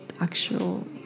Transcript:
actual